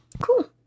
Cool